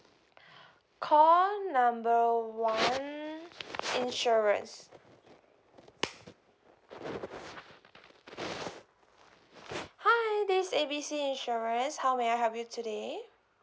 call number one insurance hi this A B C insurance how may I help you today